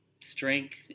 strength